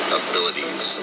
abilities